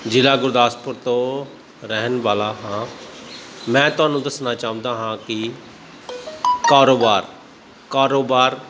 ਜ਼ਿਲ੍ਹਾ ਗੁਰਦਾਸਪੁਰ ਤੋਂ ਰਹਿਣ ਵਾਲਾ ਹਾਂ ਮੈਂ ਤੁਹਾਨੂੰ ਦੱਸਣਾ ਚਾਹੁੰਦਾ ਹਾਂ ਕਿ ਕਾਰੋਬਾਰ ਕਾਰੋਬਾਰ